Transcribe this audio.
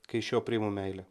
kai iš jo priimu meilę